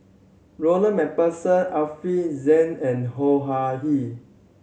Ronald Macpherson Alfian Sa'at and